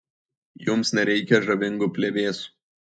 jums nereikia žavingų plevėsų